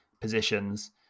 positions